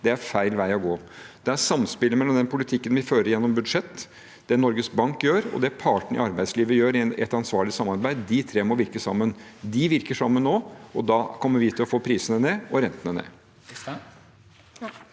Det er feil vei å gå. Samspillet mellom den politikken vi fører gjennom budsjett, det Norges Bank gjør, og det partene i arbeidslivet gjør i et ansvarlig samarbeid – disse tre må virke sammen. De virker sammen nå, og da kommer vi til å få prisene ned og rentene ned.